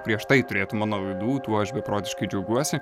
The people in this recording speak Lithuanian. prieš tai turėtų mano laidų tuo aš beprotiškai džiaugiuosi